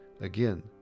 Again